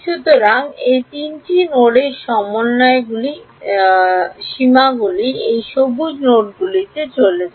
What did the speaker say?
সুতরাং এই তিনটি নোডের সমন্বয়ের সীমাগুলি এই সবুজ নোডগুলিতে চলে যায়